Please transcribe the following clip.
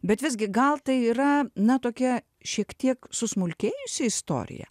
bet visgi gal tai yra na tokia šiek tiek susmulkėjusi istorija